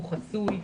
הוא חסוי,